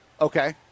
Okay